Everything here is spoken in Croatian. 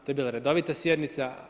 To je bila redovita sjednice.